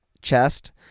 chest